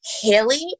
Haley